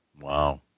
Wow